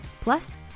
Plus